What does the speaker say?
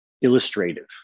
illustrative